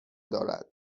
دارد